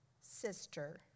sister